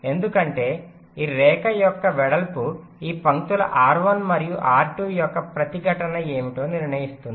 ఎందుకంటే ఈ రేఖ యొక్క వెడల్పు ఈ పంక్తుల R1 మరియు R2 యొక్క ప్రతిఘటన ఏమిటో నిర్ణయిస్తుంది